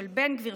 של בן גביר,